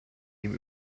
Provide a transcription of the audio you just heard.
ihm